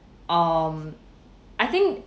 um I think